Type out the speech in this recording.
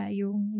yung